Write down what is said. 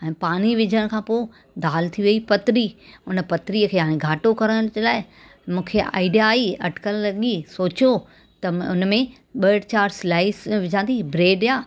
ऐं पाणी विझण खां पोइ दालि थी वेई पतिरी हाणे हुन पतिरीअ खे घाटो करण जे लाइ मूंखे आइडिआ आई अटकल लॻी सोचियो त हुन में ॿ चारि स्लाइस विझा थी ब्रेड जा